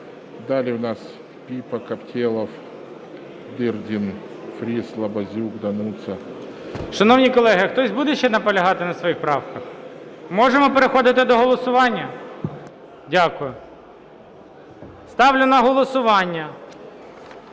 Далі в нас: Піпа, Каптєлов, Дирдін, Фріс, Лабазюк, Дануца.